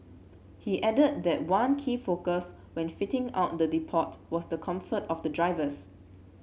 he added that one key focus when fitting out the depot was the comfort of the drivers